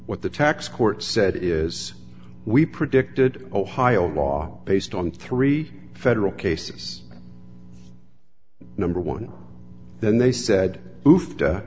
did the tax court said is we predicted ohio law based on three federal cases number one then they said